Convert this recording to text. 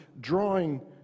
drawing